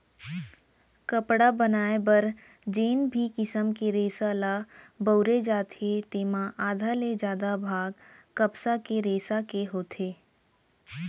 कपड़ा बनाए बर जेन भी किसम के रेसा ल बउरे जाथे तेमा आधा ले जादा भाग कपसा के रेसा के होथे